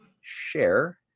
share